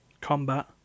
combat